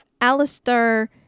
Alistair